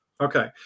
Okay